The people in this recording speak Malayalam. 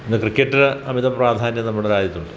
ഇന്ന് ക്രിക്കറ്റ് അമിത പ്രാധാന്യം നമ്മുടെ രാജ്യത്തുണ്ട്